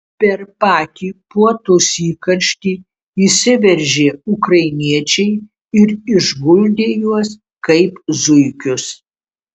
per patį puotos įkarštį įsiveržė ukrainiečiai ir išguldė juos kaip zuikius